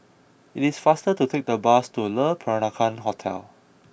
it is faster to take the bus to Le Peranakan Hotel